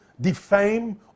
defame